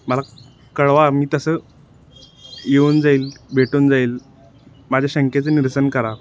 मला कळवा मी तसं येऊन जाईल भेटून जाईल माझ्या शंकेचं निरसन करा